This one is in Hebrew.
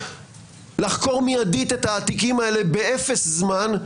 לחקור מידית את התיקים האלה באפס זמן,